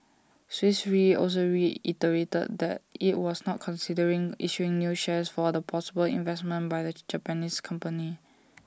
Swiss re also reiterated that IT was not considering issuing new shares for the possible investment by the Japanese company